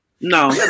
No